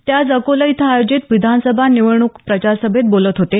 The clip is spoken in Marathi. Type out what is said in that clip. ते आज अकोला इथं आयोजित विधानसभा निवडणूक प्रचारसभेत बोलत होते